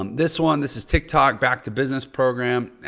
um this one, this is tiktok back-to-business program.